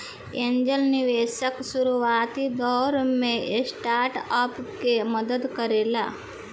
angel निवेशक शुरुआती दौर में स्टार्टअप के मदद करेला